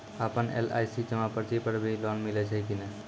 आपन एल.आई.सी जमा पर्ची पर भी लोन मिलै छै कि नै?